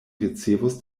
ricevos